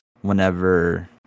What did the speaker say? whenever